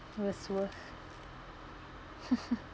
was worth